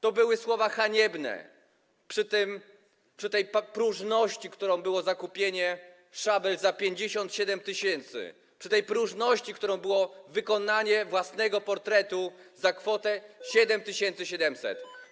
To były słowa haniebne przy tej próżności, którą było zakupienie szabel za 57 tys., przy tej próżności, którą było wykonanie własnego portretu za kwotę... 7700.